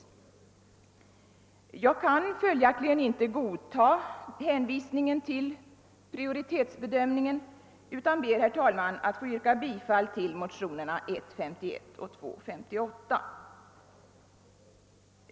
Jag kan följaktligen inte godta hänvisningen till prioritetsbedömningen utan ber, herr talman, att få yrka bifall till motionerna I: 51 och II: 58.